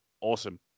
awesome